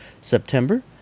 September